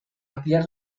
ampliar